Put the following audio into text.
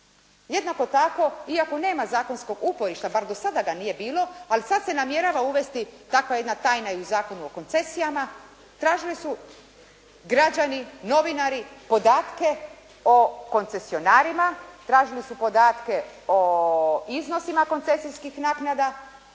Jednako tako iako nema zakonskog uporišta, bar do sada ga nije bilo, ali sada se namjerava uvesti takva jedna tajna i u Zakonu o koncesijama, tražili su građani, novinari podatke o koncesionarima, tražili su podatke o iznosima koncesijskih naknada,